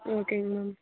ஓகேங்க மேம்